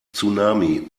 tsunami